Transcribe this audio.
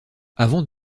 avant